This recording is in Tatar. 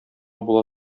була